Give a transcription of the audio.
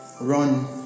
run